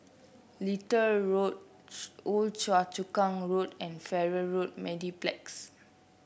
Little Road Old Choa Chu Kang Road and Farrer Road Mediplex